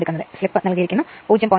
ഇനി സ്ലിപ് നൽകിയിരിക്കുന്നു 0